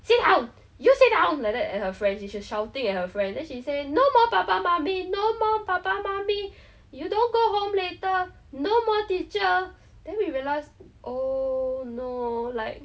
sit down you sit down like that at her friend she was shouting at her friend then she say no more 爸爸妈咪 no more 爸爸妈咪 you don't go home later no more teacher then we realise oh no like